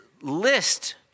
list